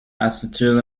acetyl